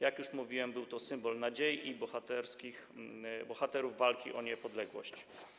Jak już mówiłem, był to symbol nadziei i bohaterów walki o niepodległość.